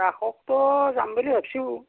ৰাসকটো যাম বুলি ভাবিছোঁ